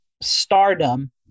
stardom